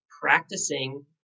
practicing